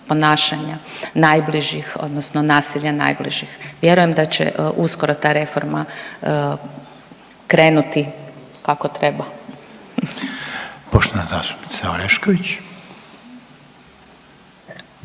ponašanja najbližih odnosno nasilja najbližih. Vjerujem da će uskoro ta reforma krenuti kako treba. **Reiner, Željko